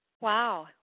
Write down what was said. Wow